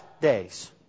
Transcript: days